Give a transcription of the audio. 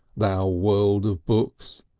thou world of books,